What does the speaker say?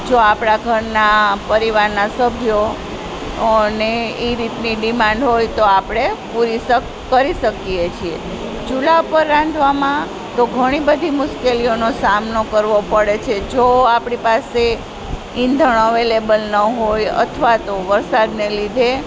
જો આપણાં ઘરના પરિવારના સભ્યો ને એ રીતની ડિમાન્ડ હોય તો આપણે પૂરી કરી શકીએ છીએ ચૂલા પર તો રાંધવામાં તો ઘણીબધી મુશ્કેલીઓનો સામનો કરવો પડે છે જો આપણી પાસે ઈંધણ અવેલેબલ ન હોય અથવા તો વરસાદને લીધે